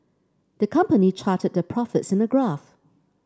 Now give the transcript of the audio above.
the company charted their profits in a graph